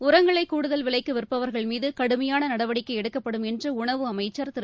உரங்களை கூடுதல் விலைக்கு விற்பவர்கள் மீது கடுமையான நடவடிக்கை எடுக்கப்படும் என்று உணவு அமைச்சா் திரு